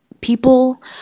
people